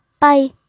Bye